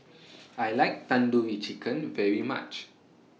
I like Tandoori Chicken very much